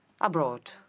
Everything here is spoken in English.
Abroad